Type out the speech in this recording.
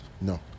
No